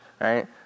Right